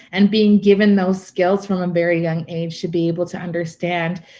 and being given those skills from a very young age to be able to understand,